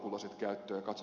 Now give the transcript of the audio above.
arvoisa puhemies